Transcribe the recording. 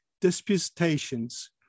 Disputations